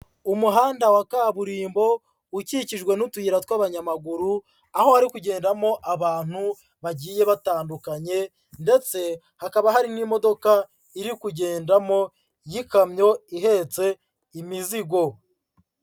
Umuhanda wa kaburimbo, ukikijwe n'utuyira tw'abanyamaguru, aho hari kugendamo abantu bagiye batandukanye, ndetse hakaba hari n'imodoka iri kugendamo y'ikamyo ihetse imizigo.